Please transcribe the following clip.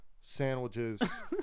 Sandwiches